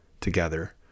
together